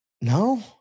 No